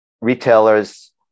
retailers